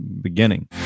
beginning